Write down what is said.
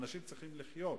אנשים צריכים לחיות,